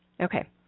Okay